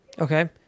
Okay